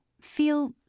Feel